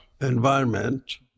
environment